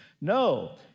No